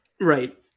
Right